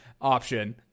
option